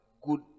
good